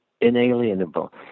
inalienable